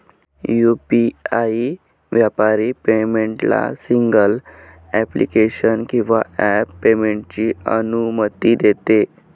UPI व्यापारी पेमेंटला single application किंवा ॲप पेमेंटची अनुमती देते